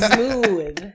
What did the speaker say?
Smooth